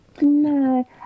No